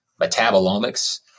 metabolomics